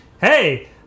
hey